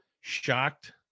shocked